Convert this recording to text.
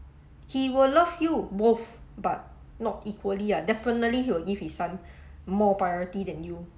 he will love you both but not equally ah definitely he will give his son more priority than you